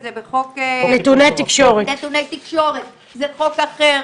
נתוני תקשורת, זה חוק אחר.